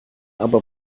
aber